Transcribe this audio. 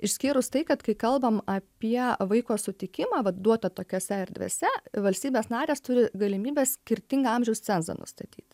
išskyrus tai kad kai kalbam apie vaiko sutikimą vat duotą tokiose erdvėse valstybės narės turi galimybę skirtingą amžiaus cenzą nustatyt